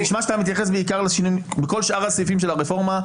זה נשמע שאתה מתייחס בעיקר בכל שאר הסעיפים של הרפורמה,